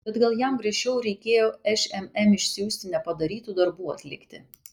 bet gal jam griežčiau reikėjo šmm išsiųsti nepadarytų darbų atlikti